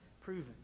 proven